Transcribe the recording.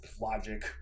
logic